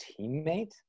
teammate